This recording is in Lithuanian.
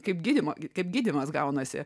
kaip gydymo kaip gydymas gaunasi